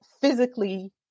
physically